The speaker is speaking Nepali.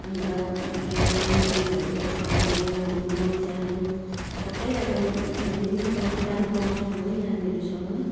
अन्त कहीँ मन्दिरहरू दर्शन गर्नु घुम्नु जानु सबै अब फेमिली नै जौँ जानु पाउँछौँ हामी नानीहरूसँग